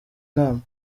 inama